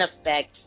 effect